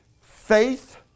faith